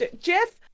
Jeff